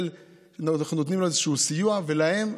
נותנים לו איזה סיוע ולהם,